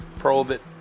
probe it,